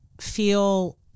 feel